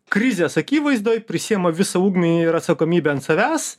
krizės akivaizdoj prisiema visą ugnį ir atsakomybę ant savęs